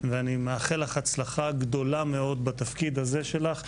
ואני מאחל לך הצלחה גדולה מאוד בתפקיד הזה שלך,